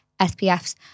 SPFs